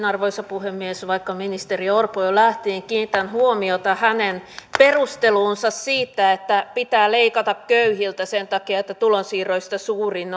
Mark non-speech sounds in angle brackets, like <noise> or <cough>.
<unintelligible> arvoisa puhemies vaikka ministeri orpo jo lähti niin kiinnitän huomiota hänen perusteluunsa siitä että pitää leikata köyhiltä sen takia että tulonsiirroista suurin <unintelligible>